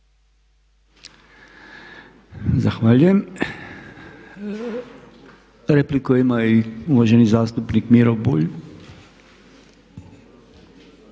Zahvaljujem. Repliku ima i uvaženi zastupnik Miro Bulj.